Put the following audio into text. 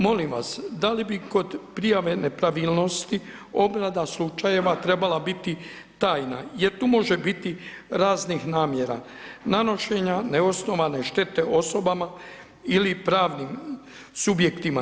Molim vas da li bi kod prijave nepravilnosti obrada slučajeva trebala biti tajna, jer tu može biti raznih namjera, nanošenja neosnovane štete osobama ili pravnim subjektima.